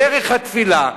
דרך התפילה,